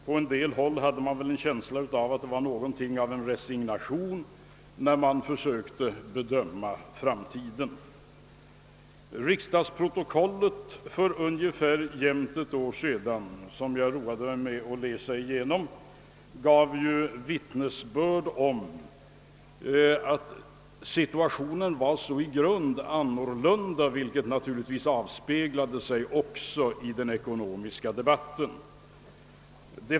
På en del håll hade man en känsla av att det var något av en resignation som präglade framtidsbedömningarna. Riksdagsprotokollet från diskussionen för ungefär ett år sedan, som jag roat mig med att läsa igenom, ger vittnesbörd om att situationen var så i grund annorlunda, vilket naturligtvis också avspeglade sig i den ekonomiska debatten.